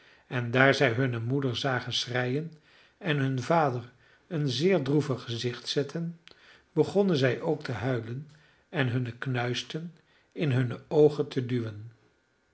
en daar zij hunne moeder zagen schreien en hun vader een zeer droevig gezicht zetten begonnen zij ook te huilen en hunne knuisten in hunne oogen te duwen